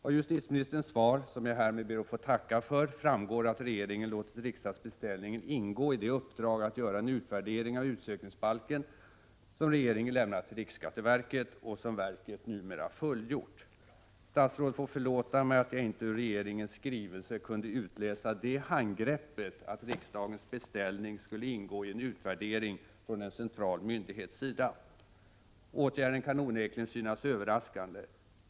Av justitieministerns svar — som jag härmed ber att få tacka för — framgår att regeringen låtit riksdagsbeställningen ingå i det uppdrag att göra en utvärdering av utsökningsbalken som regeringen lämnat till riksskatteverket och som verket nu har fullgjort. Statsrådet får förlåta mig att jag inte ur regeringens skrivelse kunde utläsa det handgreppet att riksdagens beställning skulle ingå i en utvärdering från en central myndighets sida. Åtgärden kan onekligen synas överraskande.